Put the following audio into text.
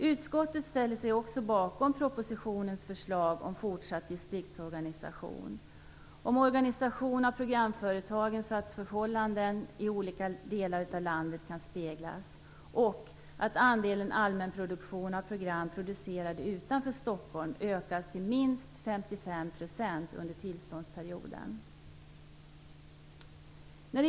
Utskottet ställer sig också bakom propositionens förslag om fortsatt distriktsorganisation, om organisation av programföretagen så att förhållanden i olika delar av landet kan speglas och om att andelen allmänproduktion av program producerade utanför Stockholm ökas till minst 55 % under tillståndsperioden.